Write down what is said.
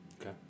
Okay